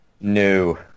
No